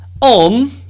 on